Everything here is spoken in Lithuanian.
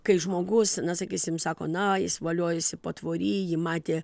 kai žmogus na sakysim sako na jis voliojasi patvory jį matė